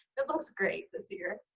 it looks great this year.